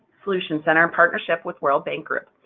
solutions, and our partnership with world bank group.